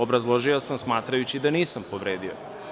Obrazložio sam, smatrajući da nisam povredio.